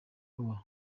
kubaho